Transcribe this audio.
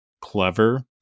clever